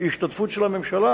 השתתפות של הממשלה,